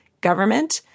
government